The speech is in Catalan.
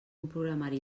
programari